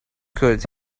could